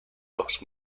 los